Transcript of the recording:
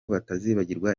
batazibagirwa